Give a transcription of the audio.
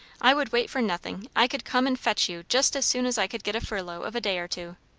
i would wait for nothing i could come and fetch you just as soon as i could get a furlough of a day or two.